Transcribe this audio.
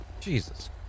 Jesus